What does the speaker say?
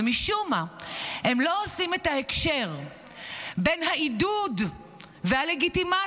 ומשום מה הם לא עושים את ההקשר בין העידוד והלגיטימציה